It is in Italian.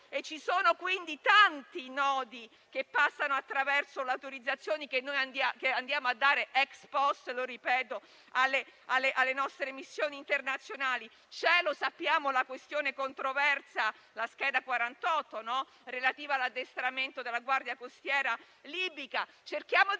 Ci sono tanti nodi che passano attraverso le autorizzazioni che diamo *ex post* - lo ripeto - alle nostre missioni internazionali. C'è anche la questione controversa della scheda n. 48, relativa all'addestramento della guardia costiera libica. Cerchiamo di